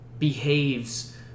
behaves